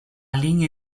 linha